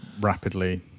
rapidly